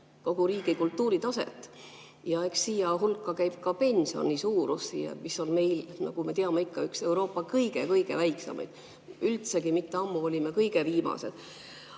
kogu riigi kultuuritaset. Ja eks siia hulka käib ka pensioni suurus, mis on meil, nagu me teame, Euroopa üks kõige-kõige väiksemaid. Üldse mitte ammu olime kõige viimased.